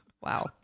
Wow